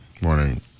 Morning